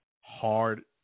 hard